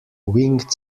winged